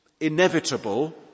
inevitable